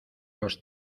los